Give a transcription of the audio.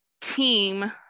team